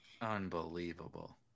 Unbelievable